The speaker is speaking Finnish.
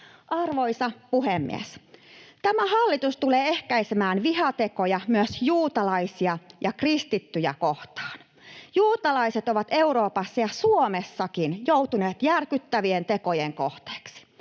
Arvoisa puhemies! Tämä hallitus tulee ehkäisemään vihatekoja myös juutalaisia ja kristittyjä kohtaan. Juutalaiset ovat Euroopassa ja Suomessakin joutuneet järkyttävien tekojen kohteeksi.